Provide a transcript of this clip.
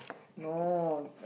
no uh